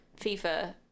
fifa